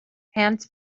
hands